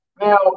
Now